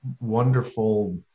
wonderful